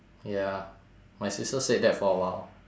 ya my sister said that for awhile